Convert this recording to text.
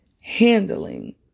handling